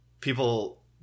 people